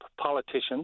politicians